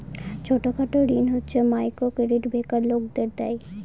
ছোট খাটো ঋণ হচ্ছে মাইক্রো ক্রেডিট বেকার লোকদের দেয়